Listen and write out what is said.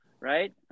right